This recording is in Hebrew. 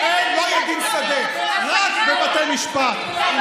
חקיקות שהן